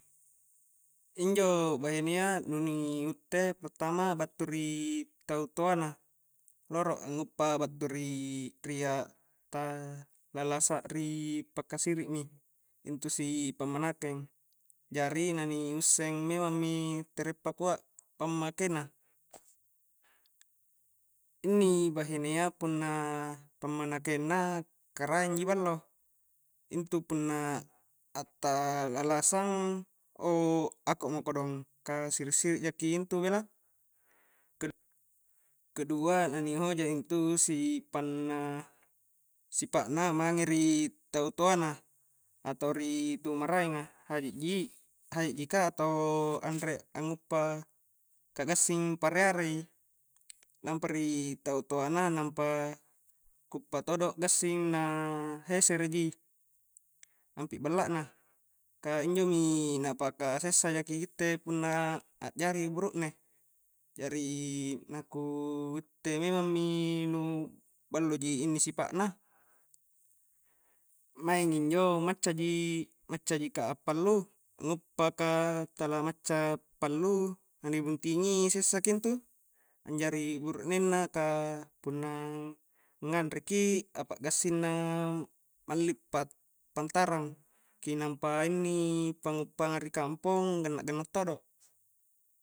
Injo bahinea nu ni utte pertama battu ri tau toa na rolo, annguppa battu ri ata la'lasa ri paka siri'mi intu si pammanakeng, jari na ni usseng memang mi ntere pakua pammake na, inni bahinea punna pammanakengna karaeng ji ballo, intu punna ata la'lasang o ako'mo kodong ka siri-siri' jaki intu bela, kedua na ni hoja intu sipanna-sipa'na mange ri tau toa na atau ri tu maraeng a haji ji ka atau ka anre angguppa ka gassing pare-are ji lampa ri tau toa na, nampa nguppa todo gassing na hesere ji ampi balla na, ka injomi na paka sessa jaki gitte punna a'jari i burukne, jari na ku utte memamng mi nu ballo ji inni sipa'na, maing injo macca ji-macca ji ka a'pallu nguppa ka tala macca a'pallu naa ni buntingi sessaki intu anjari buruknenna ka punna nganreng ki apa gassing na malli pa-pantarang nampa inni pa'nguppang a ri kampong ganna-ganna todo'.